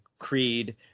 Creed